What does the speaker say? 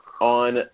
on